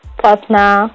partner